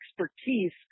expertise